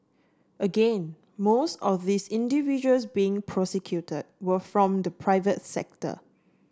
again most of these individuals being prosecuted were from the private sector